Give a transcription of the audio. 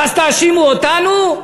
ואז תאשימו אותנו?